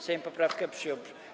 Sejm poprawkę przyjął.